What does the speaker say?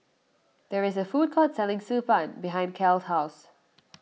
there is a food court selling Xi Ban behind Cal's house